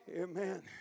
Amen